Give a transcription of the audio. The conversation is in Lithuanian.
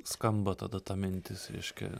skamba tada ta mintis reiškia